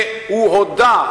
והוא הודה,